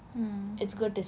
mm